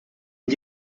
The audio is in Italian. gli